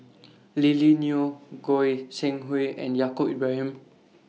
Lily Neo Goi Seng Hui and Yaacob Ibrahim